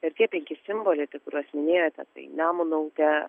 ir tie penki simboliai apie kuriuos minėjote tai nemuno upė